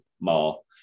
Mall